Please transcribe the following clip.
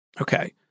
Okay